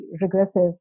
regressive